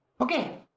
Okay